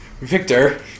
Victor